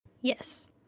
Yes